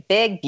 Big